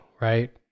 right